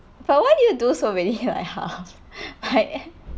but why you do so many K_M ha right